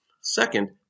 Second